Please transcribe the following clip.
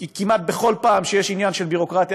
כי כמעט בכל פעם שיש עניין של ביורוקרטיה,